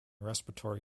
respiratory